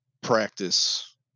practice